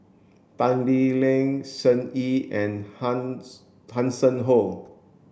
Tan Lee Leng Shen Xi and Hanson Ho